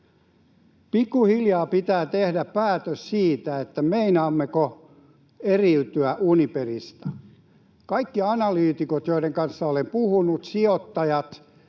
Pikkuhiljaa pitää tehdä päätös siitä, meinaammeko eriytyä Uniperista. Kaikki analyytikot, joiden kanssa olen puhunut, sijoittajat